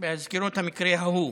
בעקבות המקרה ההוא,